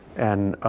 and